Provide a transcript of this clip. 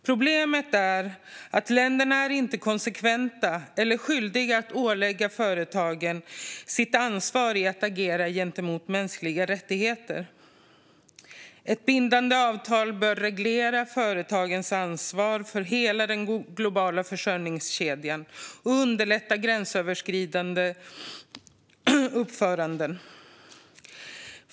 Problemet är att länderna inte är konsekventa eller skyldiga att ålägga företagen ansvar för att agera gentemot mänskliga rättigheter. Ett bindande avtal bör reglera företagens ansvar för hela den globala försörjningskedjan och underlätta gränsöverskridande uppföranden.